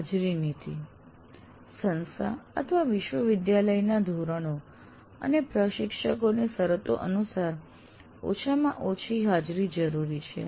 હાજરી નીતિ સંસ્થા વિશ્વ વિદ્યાલયના ધોરણો અને પ્રશિક્ષકની શરતો અનુસાર ઓછામાં ઓછી હાજરી જરૂરી છે